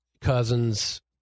Cousins